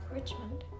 Richmond